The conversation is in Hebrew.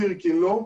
סירקין לא,